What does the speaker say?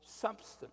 substance